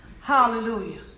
Hallelujah